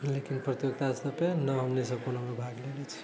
लेकिन प्रतियोगिता सभपे ने हमनी सभ कोनो भाग लेले छी